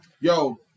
Yo